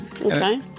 Okay